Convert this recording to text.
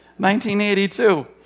1982